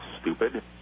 stupid